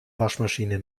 waschmaschine